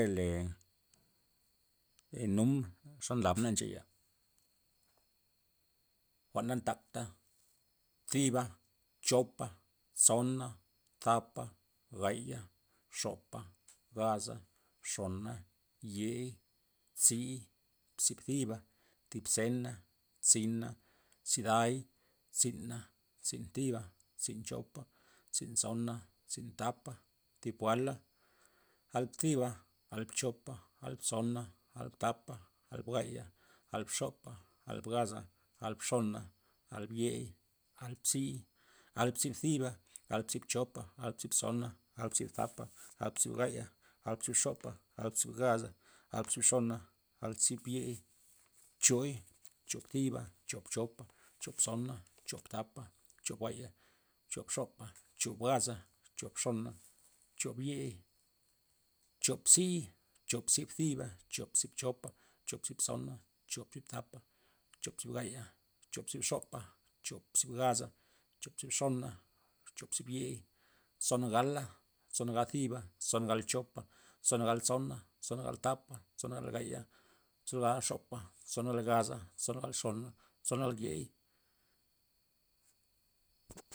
Re le num xa nlab ncheya jwa'n na ntakta thiba chopa tsona thapa gaya xopa gaza xona yei tzi tzi thiba thib zena tzina tziday tzi'na' tzin thiba tzin chopa tzin tsona tzin thapa thib gala gal tziba gal chopa gal tsona gal thapa gal buaya gal xopa gal bugaza gal xona gal biey gal tzii gal tzii thiba gal tzii chopa gal tzii tsona gal tzii thapa gal tzii buaya gal tzii xopa gal tzii gaza gal tzii xona gal tzii biey chooi choop bziba choop chopa choop tsona choop thapa choop buaya choop xopa choop gaza choop xona choop yei choop tzii choop tzii tziba choop tzii chopa choop tzii tsona choop tzii thapa choop tzii gaya choop tzii xopa choop tzii gaza choop tzii xona choop tzii yei tson gala tson gal nzo ziba tson gal nzo chopa tson gal nzo tsona tson gal nzo thapa tson gal nzo gaya tson gal nzo xopa tson gal nzo gaza tson gal nzo xona tson gal nzo yei